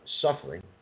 suffering